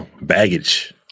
Baggage